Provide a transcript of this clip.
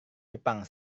jepang